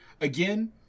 again